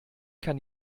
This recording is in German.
kann